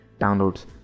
downloads